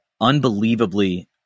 unbelievably